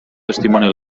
testimoni